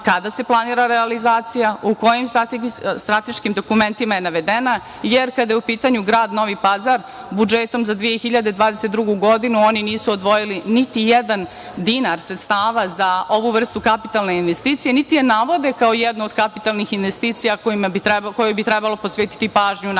kada se planira realizacija, u kojim strateškim dokumentima je navedena? Kada je u pitanju grad Novi Pazar budžetom za 2022. godine oni nisu odvojili niti jedan dinara sredstava za ovu vrstu kapitalne investicije, niti je navode kao jednu od kapitalnih investicija kojima bi trebalo posvetiti pažnju u